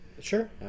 Sure